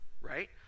Right